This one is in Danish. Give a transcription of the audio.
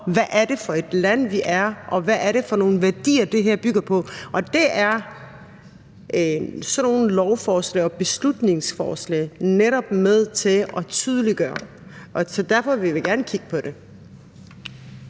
hvad det er for et land, vi er, og hvad det er for nogle værdier, det bygger på. Og det er sådan nogle lovforslag og beslutningsforslag netop med til at tydeliggøre, så derfor vil vi gerne kigge på det.